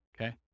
Okay